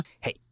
Hey